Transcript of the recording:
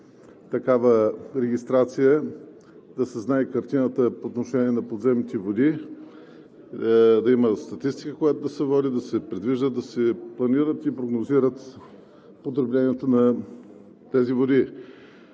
такава регистрация, да се знае картината по отношение на подземните води, да има статистика, която да се води, да се предвиждат, да се планират и прогнозират потребленията на тези води.